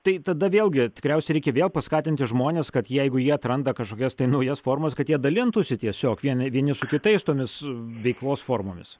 tai tada vėlgi tikriausiai reikia vėl paskatinti žmones kad jeigu jie atranda kažkokias tai naujas formas kad jie dalintųsi tiesiog vieni vieni su kitais tomis veiklos formomis